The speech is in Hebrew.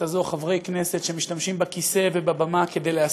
חברי כנסת שמשתמשים בכיסא ובבמה כדי להסית,